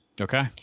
Okay